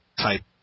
type